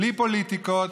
בלי פוליטיקות,